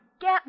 Get